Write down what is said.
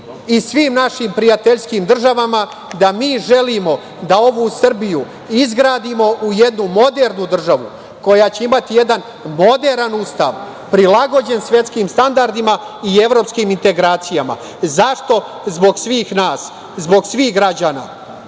i svim našim prijateljskim državama da mi želimo da ovu Srbiju izgradimo u jednu modernu državu koja će imati jedan moderan Ustav prilagođen svetskim standardima i evropskim integracijama. Zašto? Zbog svih nas, zbog svih građana. Oni